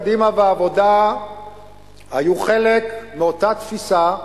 קדימה והעבודה היו חלק מאותה תפיסה,